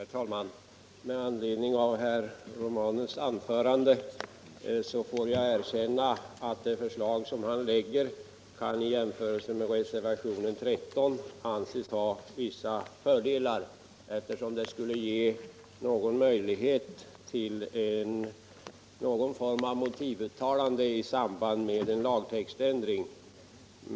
Herr talman! Med anledning av herr Romanus anförande får jag erkänna att det förslag som han framlagt kan i jämförelse med reservationen 13 anses ha vissa fördelar, eftersom det skulle ge möjlighet till någon form av motivuttalande i samband med en lagtextändring.